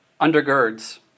undergirds